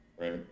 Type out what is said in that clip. right